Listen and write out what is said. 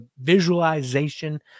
visualization